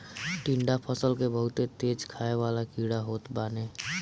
टिड्डा फसल के बहुते तेज खाए वाला कीड़ा होत बाने